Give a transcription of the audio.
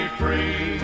free